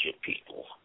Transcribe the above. people